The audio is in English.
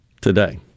today